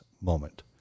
moment